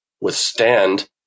withstand